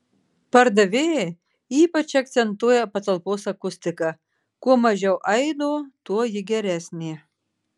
pardavėjai ypač akcentuoja patalpos akustiką kuo mažiau aido tuo ji geresnė